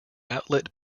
outlet